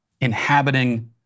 inhabiting